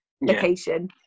location